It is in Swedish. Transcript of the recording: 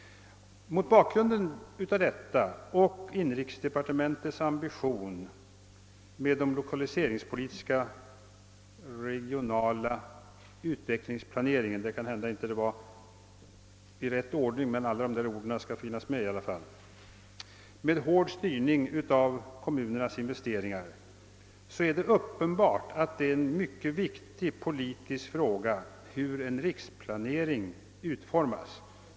Mot bakgrunden av detta och med hänsyn till inrikesdepartementets ambition när det gäller den lokaliseringspolitiska regionala utvecklingsplaneringen — jag tar det kanske inte i rätt ordning, men alla dessa ord skall vara med — innebärande hård styrning av kommunernas investeringar är det uppenbart att det är en mycket viktig politisk fråga hur en riksplanering utformas.